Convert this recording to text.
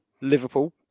Liverpool